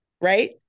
right